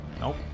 nope